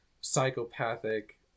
psychopathic